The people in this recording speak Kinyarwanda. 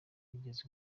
yizeza